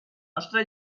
nostra